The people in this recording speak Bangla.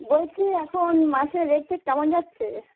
বলছি এখন মাসে রেট টেট কেমন যাচ্ছে